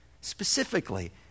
specifically